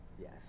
Yes